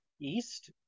east